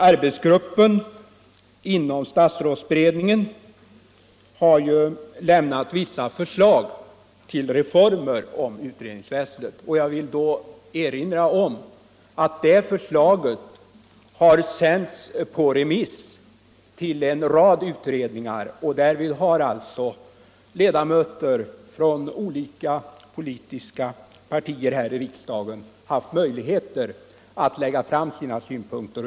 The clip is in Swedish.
Arbetsgruppen = inom statsrådsberedningen har lämnat vissa förslag till reformer när det — Offentliga utskottsgäller utredningsväsendet. Jag vill erinra om att det förslaget har sänts — utfrågningar på remiss till en rad utredningar, och därigenom har alltså ledamöter från olika politiska partier här i riksdagen haft möjligheter att lägga fram sina synpunkter.